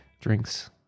drinks